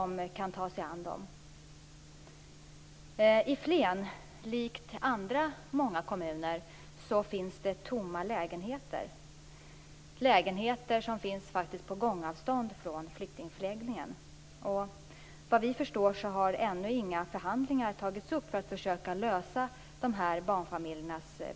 Majoriteten av de ungdomar mellan 16 och 18 år som kan och vill studera erbjuds undervisning i gymnasieskolan. Statlig ersättning lämnas på samma villkor som för grundskolebarn.